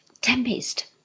tempest